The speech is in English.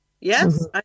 Yes